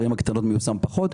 בערים הקטנות הוא מיושם פחות.